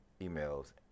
emails